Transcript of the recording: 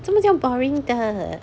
怎么这样 boring 的